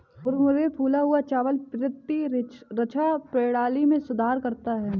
मुरमुरे फूला हुआ चावल प्रतिरक्षा प्रणाली में सुधार करता है